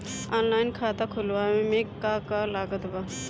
Online खाता खुलवावे मे का का लागत बा?